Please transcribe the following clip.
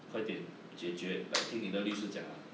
快点解决 like 听你的律师讲啊